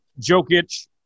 Jokic